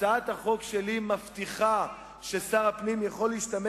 הצעת החוק שלי מבטיחה ששר הפנים יוכל להשתמש